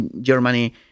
Germany